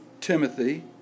Timothy